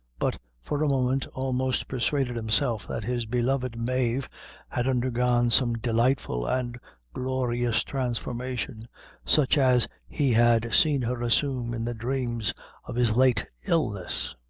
but for a moment almost persuaded himself that his beloved mave had undergone some delightful and glorious transformation such as he had seen her assume in the dreams of his late illness.